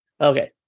Okay